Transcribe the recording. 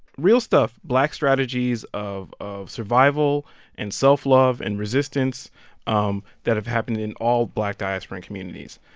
real stuff black strategies of of survival and self-love and resistance um that have happened in all black diasporan communities.